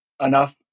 enough